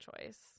choice